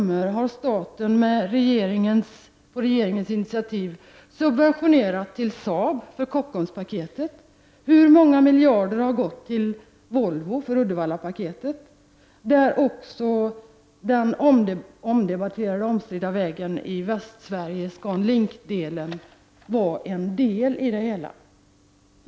Med hur stora summor har staten på regeringens initiativ subventionerat SAAB för Kockumspaketet? Hur många miljarder har gått till Volvo för Uddevallapaketet, där också den omdebatterade, omstridda, vägen i Västsverige, ScanLink, var en del?